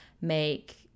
make